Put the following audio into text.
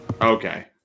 Okay